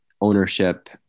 ownership